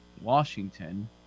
Washington